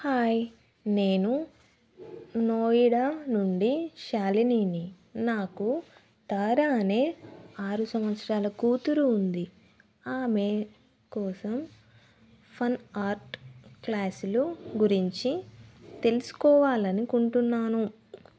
hi నేను నోయిడా నుండి శాలినీని నాకు తారా అనే ఆరు సంవత్సరాల కూతురు ఉంది ఆమె కోసం ఫన్ ఆర్ట్ క్లాసుల గురించి తెలుసుకోవాలనుకుంటున్నాను